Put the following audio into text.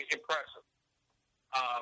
impressive